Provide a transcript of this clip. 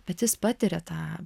bet jis patiria tą